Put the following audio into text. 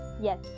Yes